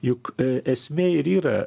juk esmė ir yra